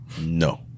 No